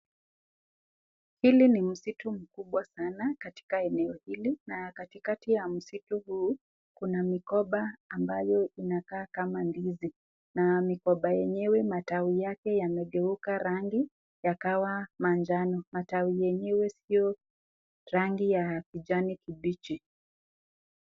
Hili ni msitu mkubwa sana katika eneo hili na katikati ya msitu huu kuna migomba ambayo inakaa kama ndizi na migomba yenyewe matawi yake yamegeuka rangi yakawa manjano. Matawi yenyewe siyo rangi ya kijani kibichi.